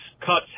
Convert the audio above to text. cuts